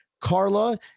Carla